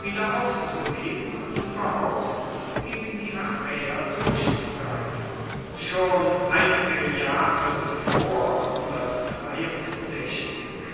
wiederaufzuheben und überhaupt gegen die achäer durchzugreifen schon einige jahre zuvor